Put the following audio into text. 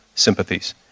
sympathies